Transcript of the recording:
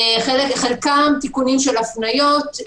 חלקם תיקונים של הפניות,